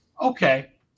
Okay